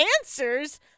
answers